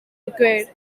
required